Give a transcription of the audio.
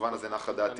במובן הזה נחה דעתי.